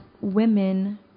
women